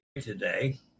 today